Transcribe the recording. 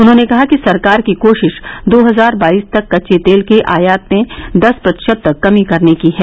उन्होंने कहा कि सरकार की कोशिश दो हजार बाईस तक कच्चे तेल के आयात में दस प्रतिशत तक कमी करने की है